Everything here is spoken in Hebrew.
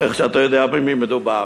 איך שאתה יודע במי מדובר.